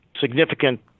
significant